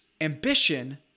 ambition